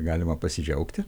galima pasidžiaugti